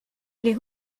les